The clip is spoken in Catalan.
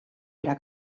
era